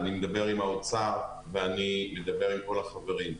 אני מדבר עם האוצר ואני מדבר עם כל החברים.